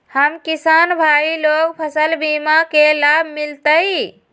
हम किसान भाई लोग फसल बीमा के लाभ मिलतई?